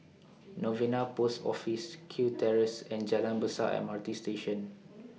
Novena Post Office Kew Terrace and Jalan Besar M R T Station